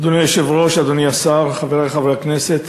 אדוני היושב-ראש, אדוני השר, חברי חברי הכנסת,